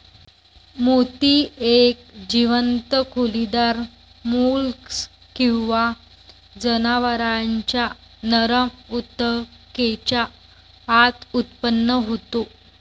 मोती एक जीवंत खोलीदार मोल्स्क किंवा जनावरांच्या नरम ऊतकेच्या आत उत्पन्न होतो